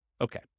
Okay